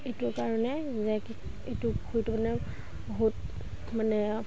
এইটোৰ কাৰণে যে কি এইটো পুখুৰীটো মানে বহুত মানে